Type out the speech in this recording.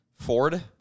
Ford